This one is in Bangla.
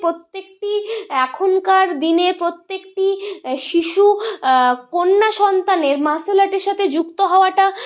প্রত্যেকটি এখনকার দিনে প্রত্যেকটি শিশু কন্যা সন্তানের মার্শাল আর্টের সাথে যুক্ত হওয়াটা